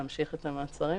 להמשיך את המעצרים,